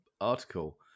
article